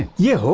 you.